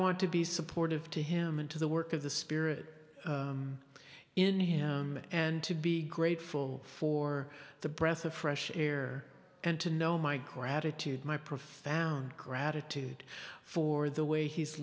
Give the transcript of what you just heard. want to be supportive to him and to the work of the spirit in him and to be grateful for the breath of fresh air and to know my gratitude my profound gratitude for the way he's